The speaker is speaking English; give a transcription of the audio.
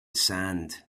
sand